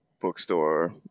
bookstore